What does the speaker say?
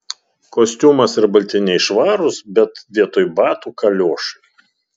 kostiumas ir baltiniai švarūs bet vietoj batų kaliošai